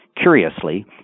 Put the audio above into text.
Curiously